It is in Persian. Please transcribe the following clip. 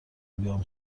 بیام